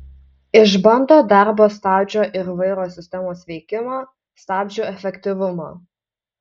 išbando darbo stabdžio ir vairo sistemos veikimą stabdžių efektyvumą